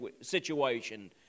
situation